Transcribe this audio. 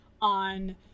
on